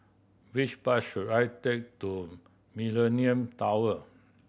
which bus should I take to Millenia Tower